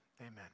amen